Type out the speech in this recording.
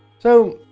so,